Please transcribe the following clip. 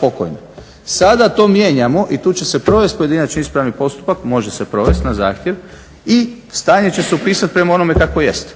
pokojni. Sada to mijenjamo i tu će se provesti pojedinačni ispravni postupak, može se provesti na zahtjev i stanje će se upisati prema onome kakvo jest.